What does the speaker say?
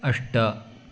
अष्ट